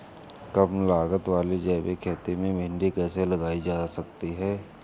कम लागत वाली जैविक खेती में भिंडी कैसे लगाई जा सकती है?